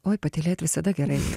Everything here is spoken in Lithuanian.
oi patylėt visada gerai